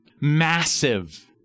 Massive